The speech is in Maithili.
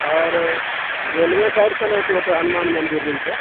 आओर रेलवे साइड केना छै ओतय हनुमान मंदिर दिन के